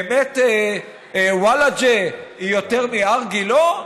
באמת ולג'ה, יותר מהר גילה?